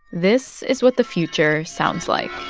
this is what the future sounds like